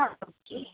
ആ ഓക്കെ